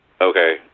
Okay